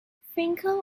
franco